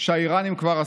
שהאיראנים כבר עשו.